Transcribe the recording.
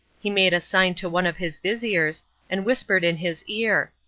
he made a sign to one of his vizirs, and whispered in his ear,